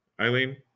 Eileen